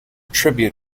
tribute